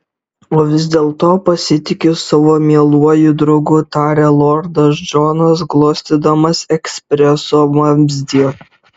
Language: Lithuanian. o vis dėlto pasitikiu savo mieluoju draugu tarė lordas džonas glostydamas ekspreso vamzdį